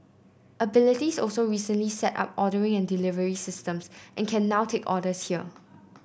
abilities also recently set up ordering and delivery systems and can now take orders here